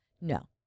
No